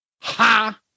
Ha